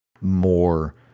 more